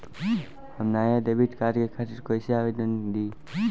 हम नया debit card के खातिर कइसे आवेदन दीं?